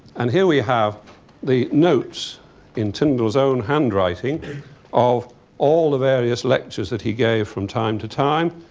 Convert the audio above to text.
and here we have the notes in tyndall's own handwriting of all the various lectures that he gave from time to time.